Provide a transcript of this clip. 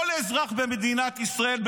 כל אזרח במדינת ישראל,